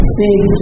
big